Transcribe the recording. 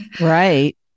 Right